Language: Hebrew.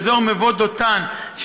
באזור מבוא דותן,